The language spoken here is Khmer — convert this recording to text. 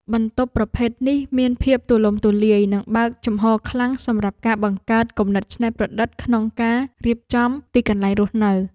បន្ទប់ប្រភេទនេះមានភាពទូលំទូលាយនិងបើកចំហខ្លាំងសម្រាប់ការបង្កើតគំនិតច្នៃប្រឌិតក្នុងការរៀបចំទីកន្លែងរស់នៅ។